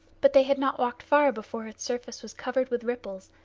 but they had not walked far before its surface was covered with ripples,